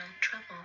trouble